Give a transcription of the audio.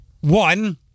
One